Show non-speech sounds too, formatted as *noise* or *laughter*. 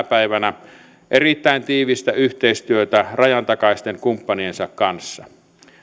*unintelligible* päivänä erittäin tiivistä yhteistyötä rajantakaisten kumppaniensa kanssa